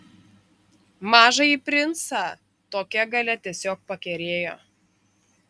mažąjį princą tokia galia tiesiog pakerėjo